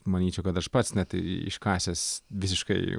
manyčiau kad aš pats net iškasęs visiškai